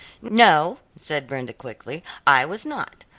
no, said brenda quickly, i was not.